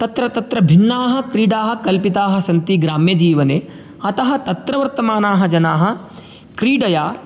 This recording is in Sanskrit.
तत्र तत्र भिन्नाः क्रीडाः कल्पिताः सन्ति ग्राम्यजीवने अतः तत्र वर्तमानाः जनाः क्रीडया